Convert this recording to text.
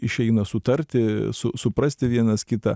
išeina sutarti su suprasti vienas kitą